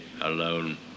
alone